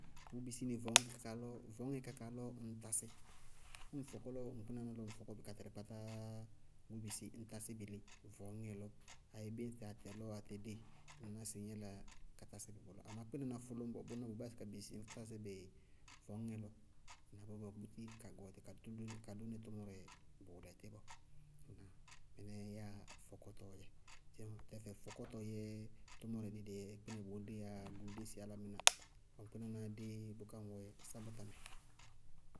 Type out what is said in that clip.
Bʋʋ bisí nɩ vɔñŋɛ kakaá lɔɔ, vɔñŋɛ kakaá lɔɔ ññ tasí, ñŋ fɔkɔ lɔ ŋ kpínaná lɔ ŋ fɔkɔ bɩ ka tɛlɩ kpátááá, bʋʋ bisí ñ tásí bɩ lé? Vɔñŋɛ lɔ. Ayé bíɩ ŋsɩ atɛ lɔ atɛ dée, ŋñ ná sɩ ŋñ yála ka tásí bɩ bʋlɔ, amá kpínaná fʋlʋñbɔ, bʋná bʋʋ bisí sɩ ñ báásɩ ka tásí bɩ vɔñŋɛ lɔ, na bʋ bɔ búti ka gɔɔɖɩ ka dʋnɩ tʋmʋrɛ bʋʋlɛtɩ bɔɔ. Ŋnáa? Mɩnɛ yáa fɔkɔtɔɔ dzɛ. Dzeémɔ tɛfɛ fɔkɔtɔ yɛ tʋmʋrɛ dí dɛɛ kpínɛ bɔɔ déyáá yá, bʋʋ dési álámɩná, lɔ ŋ kpínanáá déé bʋká ŋ wɛ sábta mɛ.